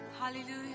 Hallelujah